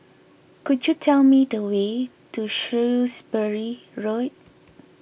could you tell me the way to Shrewsbury Road